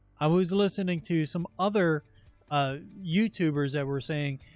i was listening to some other ah youtubers that were saying,